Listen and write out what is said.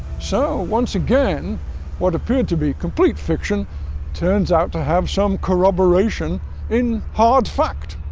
so once again what appeared to be complete fiction turns out to have some corroboration in hard fact.